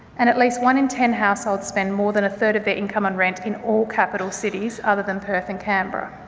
and at least one in ten households spend more than a third of their income on rent in all capital cities other than perth and canberra.